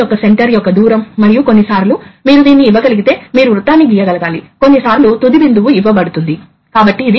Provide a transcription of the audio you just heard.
కాబట్టి అది పూర్తిగా మూసివేయబడి ఉంటే ప్రెషర్ కూడా పైలట్ ప్రెషర్ అయి ఉండేది ఎందుకంటే ఎగ్జాస్ట్ లేదు